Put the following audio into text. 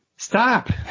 Stop